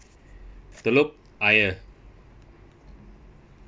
telok ayer